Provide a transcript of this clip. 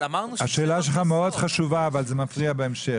השאלה שלך מאוד חשובה, אבל זה מופיע בהמשך.